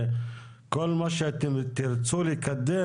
וכל מה שתרצו לקדם,